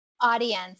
audience